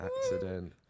accident